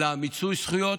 של מיצוי זכויות,